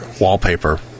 wallpaper